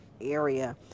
area